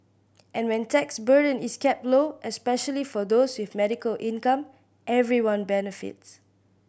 and when tax burden is kept low especially for those with medical income everyone benefits